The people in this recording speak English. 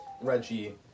Reggie